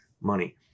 money